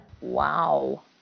Wow